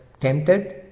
tempted